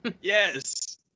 Yes